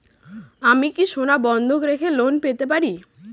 আমি কি সোনা বন্ধক রেখে লোন পেতে পারি?